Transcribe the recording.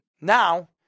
Now